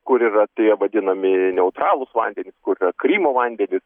kur yra tie vadinami neutralūs vandenys kur yra krymo vandenys